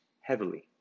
heavily